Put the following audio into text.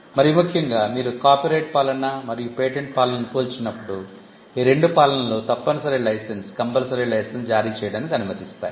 మరీ ముఖ్యంగా మీరు కాపీరైట్ పాలన మరియు పేటెంట్ పాలనను పోల్చినప్పుడు ఆ రెండు పాలనలు తప్పనిసరి లైసెన్స్జారీ చేయడానికి అనుమతిస్తాయి